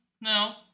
no